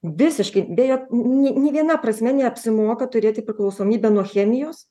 visiškai beje n nė nei viena prasme neapsimoka turėti priklausomybę nuo chemijos